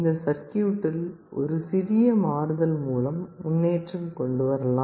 இந்த சர்க்யூட்டில் ஒரு சிறிய மாறுதல் மூலம் முன்னேற்றம் கொண்டு வரலாம்